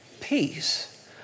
peace